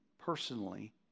personally